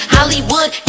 Hollywood